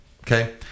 Okay